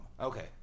Okay